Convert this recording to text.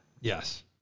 yes